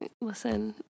listen